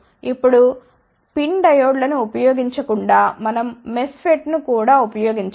ఇప్పుడు PIN డయోడ్లను ఉపయోగించకుండా మనం MESFETను కూడా ఉపయోగించవచ్చు